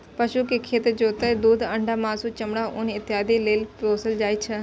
पशु कें खेत जोतय, दूध, अंडा, मासु, चमड़ा, ऊन इत्यादि लेल पोसल जाइ छै